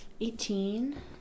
Eighteen